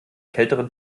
kälteren